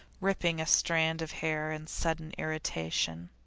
ripping a strand of hair in sudden irritation.